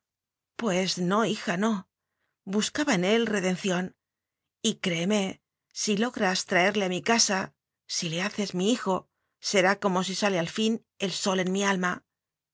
pues no hija no buscaba en él reden ción y créeme si logras traerle a mi casa si le haces mi hijo será como si sale al fin el sol en mi alma